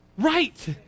Right